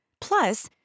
Plus